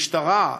המשטרה,